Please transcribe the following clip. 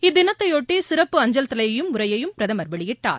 இத்தினத்தையொட்டி சிறப்பு அஞ்சல் தலையையும் உறையையும் பிரதமர் வெளியிட்டார்